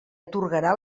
atorgarà